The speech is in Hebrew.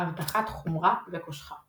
אבטחת חומרה וקושחה